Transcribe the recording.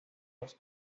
los